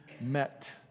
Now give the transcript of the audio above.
met